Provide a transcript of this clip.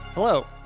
Hello